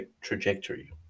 trajectory